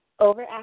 Overactive